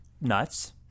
nuts